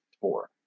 Four